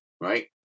right